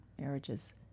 marriages